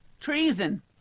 Treason